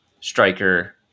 striker